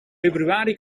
februari